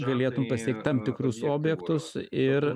galėtum pasiekt tam tikrus objektus ir